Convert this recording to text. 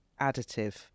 additive